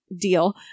deal